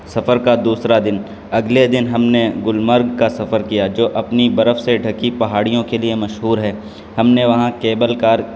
سفر کا دوسرا دن اگلے دن ہم نے گل مرگ کا سفر کیا جو اپنی برف سے ڈھکی پہاڑیوں کے لیے مشہور ہے ہم نے وہاں کیبل کار